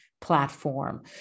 platform